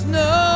no